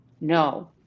No